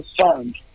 concerned